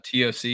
TOC